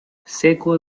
seco